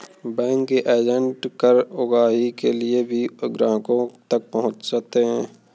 bank के agent कर उगाही के लिए भी ग्राहकों तक पहुंचते हैं